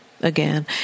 again